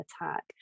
attack